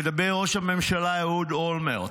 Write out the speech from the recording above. מדבר ראש הממשלה אהוד אולמרט,